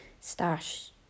stash